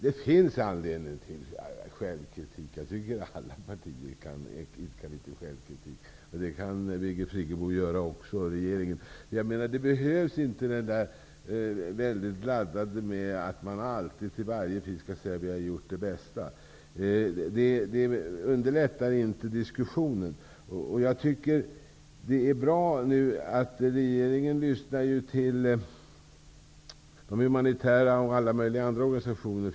Det finns anledning till självkritik -- alla partier bör idka litet självkritik -- för Birgit Friggebo och regeringen. Det behöver inte vara så laddat, att man alltid till varje pris måste säga att man har gjort det bästa. Det underlättar inte diskussionen. Det är bra att regeringen nu lyssnar. Det finns ett flyktingråd för humanitära och andra organisationer.